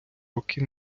роки